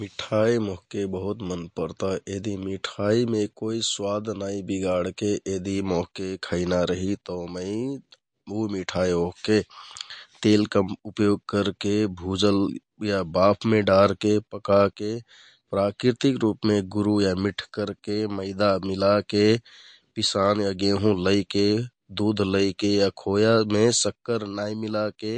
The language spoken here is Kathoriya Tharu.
मिठाइ मोहके बहुत मन परता । यदि मिठाइमे कुइ स्वाद नाइ बिगाडके यदि मोहके खैना रहि तौ मै उ मिठाइ ओहके तेल कम उपयोग करके, भुजल या बाफमे डारके प्राकृतिक रुपमे गुरु या मिठ करके, केरा मिलाके, पिसान या गेंहु लैके, दुध लैके या खोयामे सक्कर नाइ मिलाके,